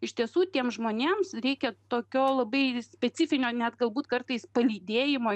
iš tiesų tiems žmonėms reikia tokio labai specifinio net galbūt kartais palydėjimo